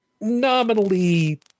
nominally